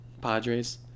Padres